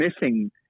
missing